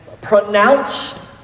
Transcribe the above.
pronounce